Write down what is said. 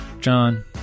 John